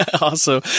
Awesome